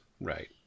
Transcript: Right